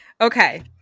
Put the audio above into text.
okay